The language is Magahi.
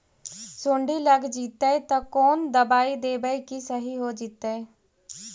सुंडी लग जितै त कोन दबाइ देबै कि सही हो जितै?